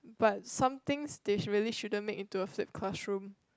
but something they should really shouldn't make into a flip classroom